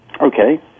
Okay